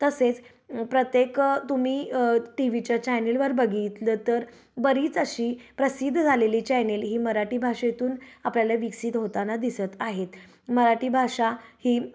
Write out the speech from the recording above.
तसेच प्रत्येक तुम्ही टीव्हीच्या चॅनलवर बघितलं तर बरीच अशी प्रसिद्ध झालेली चॅनेल ही मराठी भाषेतून आपल्याला विकसित होताना दिसत आहेत मराठी भाषा ही